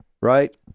right